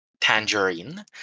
Tangerine